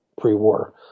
pre-war